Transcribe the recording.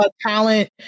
talent